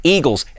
Eagles